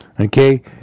Okay